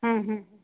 हम्म हम्म